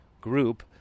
group